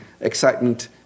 excitement